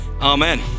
Amen